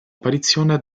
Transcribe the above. apparizione